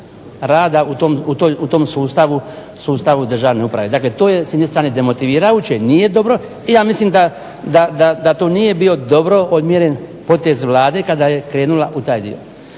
rada u tom sustavu državne uprave. Dakle to je s jedne strane demotivirajuće, nije dobro. I ja mislim da to nije bio dobro odmjeren potez Vlade kada je krenula u taj dio.